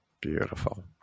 Beautiful